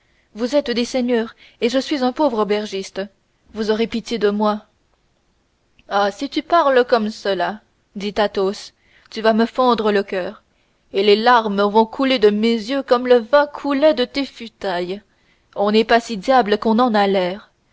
vous êtes des seigneurs et je suis un pauvre aubergiste vous aurez pitié de moi ah si tu parles comme cela dit athos tu vas me fendre le coeur et les larmes vont couler de mes yeux comme le vin coulait de tes futailles on n'est pas si diable qu'on en a l'air